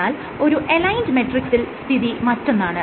എന്നാൽ ഒരു അലൈൻഡ് മെട്രിക്സിൽ സ്ഥിതി മറ്റൊന്നാണ്